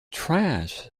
trash